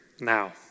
now